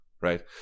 right